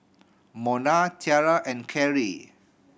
Mona Tiara and Kerry